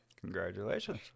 Congratulations